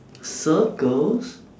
circles